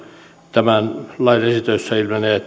tämän lain esitöistä ilmenee että niitä on